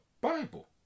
Bible